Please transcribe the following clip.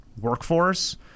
workforce